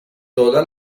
toda